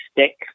stick